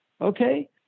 okay